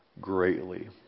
greatly